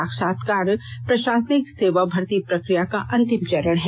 साक्षात्कार प्रशासनिक सेवा भर्ती प्रक्रिया का अंतिम चरण है